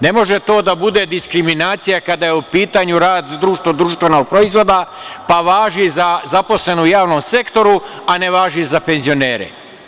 Ne može to da bude diskriminacija kada je u pitanju rad BDP, pa važi za zaposlene u javnom sektoru, a ne važi za penzionere.